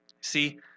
See